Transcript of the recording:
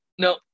No